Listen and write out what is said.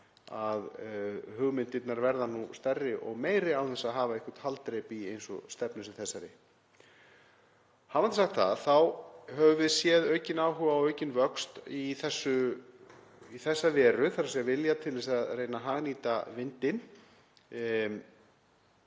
en hugmyndirnar verða stærri og meiri og það án þess að hafa eitthvert haldreipi eins og í stefnu sem þessari. Hafandi sagt það þá höfum við séð aukinn áhuga og aukinn vöxt í þessa veru, þ.e. vilja til þess að reyna að hagnýta vindinn,